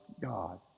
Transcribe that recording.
God